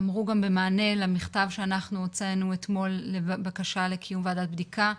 אמרו גם במענה למכתב שאנחנו הוצאנו אתמול לבקשה לקיום ועדת בדיקה,